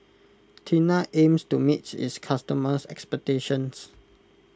Tena aims to meet its customers' expectations